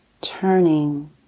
turning